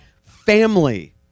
family